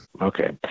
Okay